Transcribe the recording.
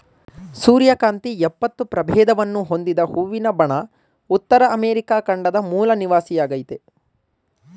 ಸೂರ್ಯಕಾಂತಿ ಎಪ್ಪತ್ತು ಪ್ರಭೇದವನ್ನು ಹೊಂದಿದ ಹೂವಿನ ಬಣ ಉತ್ತರ ಅಮೆರಿಕ ಖಂಡದ ಮೂಲ ನಿವಾಸಿಯಾಗಯ್ತೆ